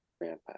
Grandpa